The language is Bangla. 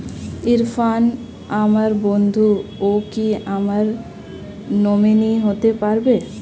ইরফান আমার বন্ধু ও কি আমার নমিনি হতে পারবে?